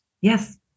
Yes